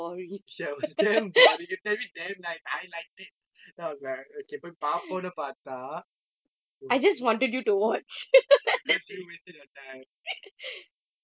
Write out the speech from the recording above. sure it was damn boring you tell me damn nice I liked it then I was like okay போய் பார்ப்போம்னு பார்த்தா:poi paarpomnu paartthaa because you wasted your time